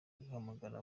guhamagara